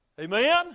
Amen